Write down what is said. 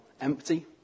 empty